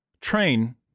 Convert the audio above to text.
train